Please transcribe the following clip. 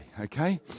Okay